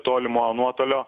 tolimojo nuotolio